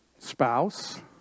Spouse